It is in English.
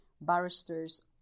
barristers